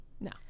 No